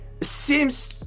seems